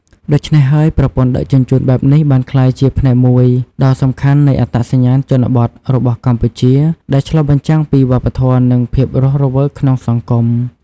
ដូច្នេះហើយ ប្រព័ន្ធដឹកជញ្ជូនបែបនេះបានក្លាយជាផ្នែកមួយដ៏សំខាន់នៃអត្តសញ្ញាណជនបទរបស់កម្ពុជា ដែលឆ្លុះបញ្ចាំងពីវប្បធម៌ និងភាពរស់រវើកក្នុងសង្គម។